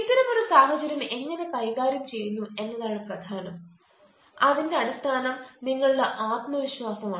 ഇത്തരം ഒരു സാഹചര്യം എങ്ങനെ കൈകാര്യം ചെയ്യുന്നു എന്നതാണ് പ്രധാനം അതിന്റെ അടിസ്ഥാനം നിങ്ങളുടെ ആത്മവിശ്വാസം ആണ്